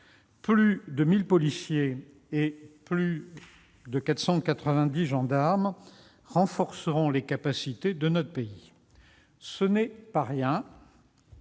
Plus de 1 000 policiers et plus de 490 gendarmes renforceront l'année prochaine les capacités de notre pays. Ce n'est pas rien.